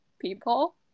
people